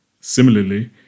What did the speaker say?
Similarly